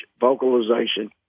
vocalization